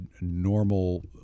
normal